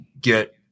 get